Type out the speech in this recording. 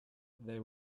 they